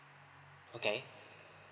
okay